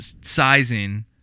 sizing